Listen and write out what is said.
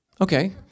okay